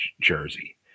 jersey